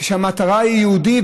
כשהמטרה היא יהודי.